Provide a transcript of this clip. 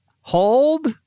Hold